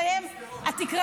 בחיים לא היה דבר כזה, ואטורי.